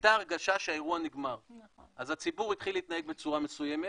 הייתה הרגשה שהאירוע נגמר אז הציבור התחיל להתנהג בצורה מסוימת